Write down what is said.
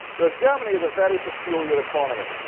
because germany is a very peculiar economy.